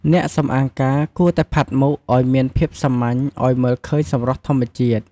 អ្នកសម្អាងការគួរតែផាត់មុខឲ្យមានភាពសាមញ្ញឲ្យមើលឃើញសម្រស់ធម្មជាតិ។